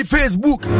Facebook